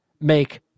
make